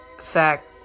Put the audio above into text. sack